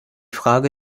frage